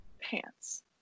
pants